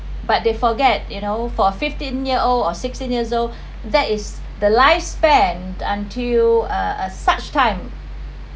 but they forget you know for a fifteen year old or sixteen years old that is the lifespan until a a such time